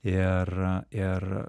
ir ir